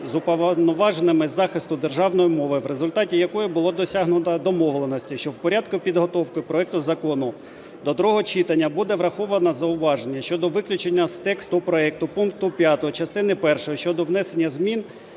з Уповноваженим із захисту державної мови, в результаті якої було досягнуто домовленості, що в порядку підготовки проекту закону до другого читання буде враховано зауваження щодо виключення з тексту проекту пункту 5 частини першої щодо внесення змін